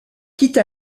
quitte